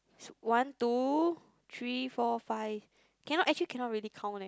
one two three four five cannot actually cannot really count leh